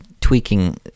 tweaking